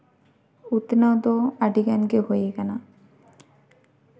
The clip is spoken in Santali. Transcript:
ᱩᱛᱱᱟᱹᱣ ᱫᱚ ᱟᱹᱰᱤᱜᱟᱱ ᱜᱮ ᱦᱩᱭ ᱟᱠᱟᱱᱟ